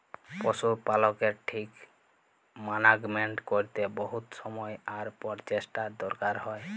পশু পালকের ঠিক মানাগমেন্ট ক্যরতে বহুত সময় আর পরচেষ্টার দরকার হ্যয়